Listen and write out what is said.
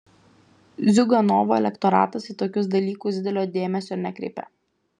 ziuganovo elektoratas į tokius dalykus didelio dėmesio nekreipia